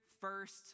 first